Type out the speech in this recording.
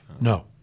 No